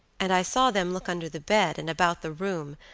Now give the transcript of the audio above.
and i saw them look under the bed, and about the room,